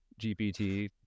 GPT